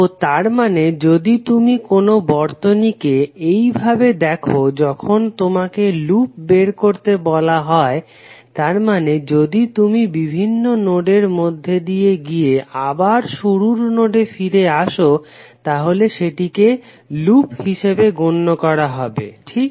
তো তারমানে যদি তুমি কোনো বর্তনীকে এইভাবে দেখো যখন তোমাকে লুপ বের করতে বলা হয় তারমানে যদি তুমি বিভিন্ন নোডের মধ্যে দিয়ে গিয়ে আবার শুরুর নোডে ফিরে আসো তাহলে সেটিকে লুপ হিসাবে গণ্য করা হবে ঠিক